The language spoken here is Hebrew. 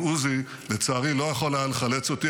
אבל עוזי, לצערי, לא יכול היה לחלץ אותי.